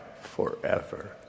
forever